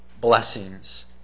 blessings